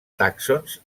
tàxons